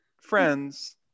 friends